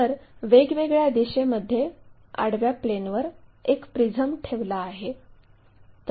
तर वेगवेगळ्या दिशेमध्ये आडव्या प्लेनवर एक प्रिझम ठेवला आहे